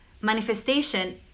manifestation